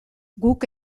guk